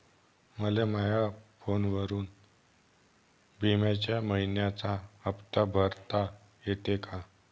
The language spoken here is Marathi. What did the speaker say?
मले माया फोनवरून बिम्याचा मइन्याचा हप्ता भरता येते का?